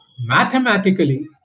mathematically